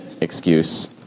excuse